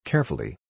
Carefully